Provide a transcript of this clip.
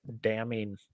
damning